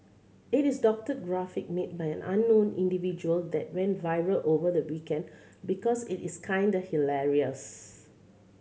it's a doctored graphic made by an unknown individual that went viral over the weekend because it is kinda hilarious